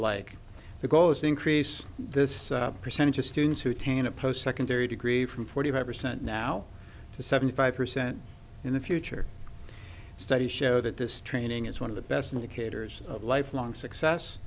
like the goal is to increase this percentage of students who tan a post secondary degree from forty five percent now to seventy five percent in the future studies show that this training is one of the best indicators of lifelong success